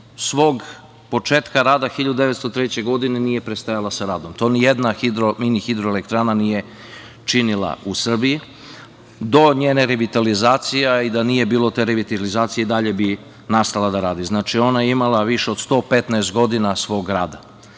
svog početka rada, 1903. godine, nije prestajala sa radom, to nijedna mini hidroelektrana nije činila u Srbiji, do njene revitalizacije. Da nije bilo te revitalizacije i dalje bi nastavila da radi. Znači, ona ima više od 115 godina svog rada.